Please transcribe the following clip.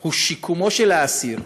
הוא שיקומו של האסיר,